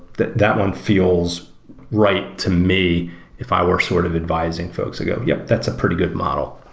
that that one feels right to me if i were sort of advising folks to go, yup! that's a pretty good model.